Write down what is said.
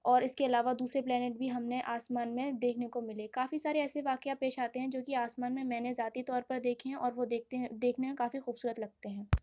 اور اس کے علاوہ دوسرے پلینیٹ بھی ہم نے آسمان میں دیکھنے کو ملے کافی سارے ایسے واقعہ پیش آتے ہیں جو کہ آسمان میں میں نے ذاتی طور پر دیکھے ہیں اور وہ دیکھتے ہیں دیکھنے میں کافی خوبصورت لگتے ہیں